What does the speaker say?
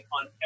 on